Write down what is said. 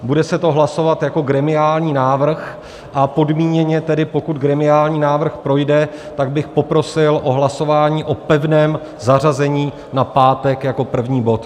Bude se to hlasovat jako gremiální návrh, a podmíněně tedy, pokud gremiální návrh projde, tak bych poprosil o hlasování o pevném zařazení na pátek jako první bod.